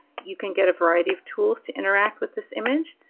you can get a variety of tools to interact with this image.